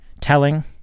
telling